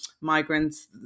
migrants